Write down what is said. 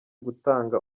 gutanga